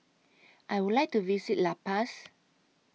I Would like to visit La Paz